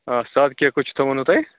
آ سادٕ کیک کٕژ ؤنو تۄہہِ